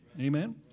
amen